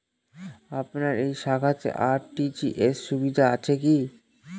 আপনার এই শাখাতে আর.টি.জি.এস সুবিধা আছে কি?